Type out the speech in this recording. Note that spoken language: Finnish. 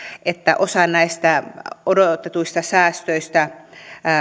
että osa näistä odotetuista säästöistä